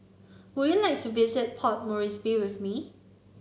would you like to visit Port Moresby with me